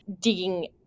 digging